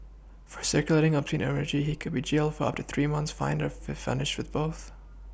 for circulating a P imagery he could be jailed up to three months fined or punished with both